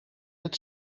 het